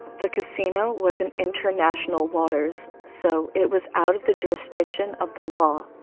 the casino was in international waters, so it was out of the jurisdiction of the law.